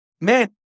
man